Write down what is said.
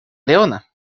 leona